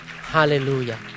Hallelujah